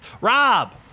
Rob